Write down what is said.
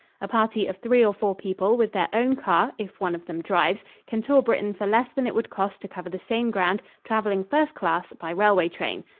a party of three or four people with their own car, if one of them drives, can tour britain for less than it would cost to cover the same ground, traveling first-class, by railway train.